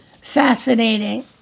fascinating